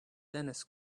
dennis